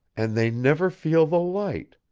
and they never feel the light,